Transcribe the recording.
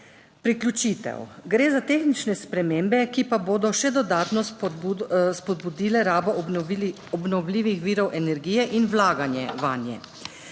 priključitev. Gre za tehnične spremembe, ki pa bodo še dodatno spodbudile rabo obnovljivih virov energije in vlaganje vanje.